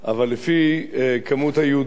אבל לפי כמות היהודים